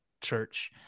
church